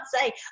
say